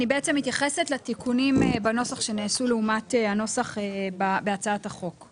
אני בעצם מתייחסת לתיקונים בנוסח שנעשו לעומת הנוסח בהצעת החוק,